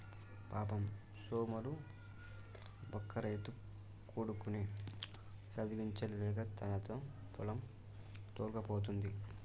పాపం సోములు బక్క రైతు కొడుకుని చదివించలేక తనతో పొలం తోల్కపోతుండు